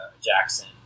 Jackson